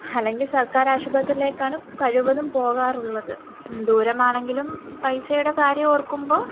അല്ലെങ്കിൽ സർക്കാർ ആശുപത്രിയിലേക്കാളും കഴിവതും പോകാറുള്ളത് ദൂരമാണെങ്കിലും പൈസയുടെ കാര്യം ഓർക്കുമ്പോൾ